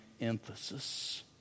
emphasis